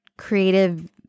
creative